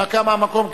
הנמקה מהמקום,